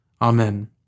Amen